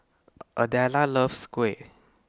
Adela loves Kuih